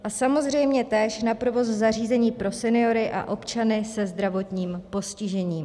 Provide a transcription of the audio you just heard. A samozřejmě též na provoz zařízení pro seniory a občany se zdravotním postižením.